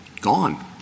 gone